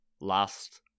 last